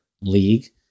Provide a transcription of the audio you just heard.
League